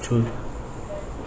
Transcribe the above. true